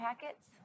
packets